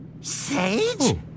Sage